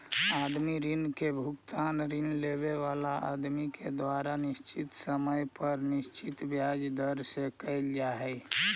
आदमी ऋण के भुगतान ऋण लेवे वाला आदमी के द्वारा निश्चित समय पर निश्चित ब्याज दर से कईल जा हई